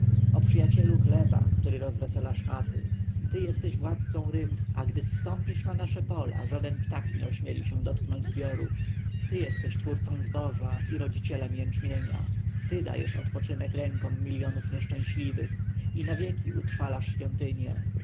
przyjacielu chleba który rozweselasz chaty ty jesteś władcą ryb a gdy zstąpisz na nasze pola żaden ptak nie ośmieli się dotknąć zbiorów ty jesteś twórcą zboża i rodzicielem jęczmienia ty dajesz odpoczynek rękom miljonów nieszczęśliwych i na wieki utrwalasz świątynie